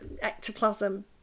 ectoplasm